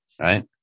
right